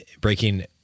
breaking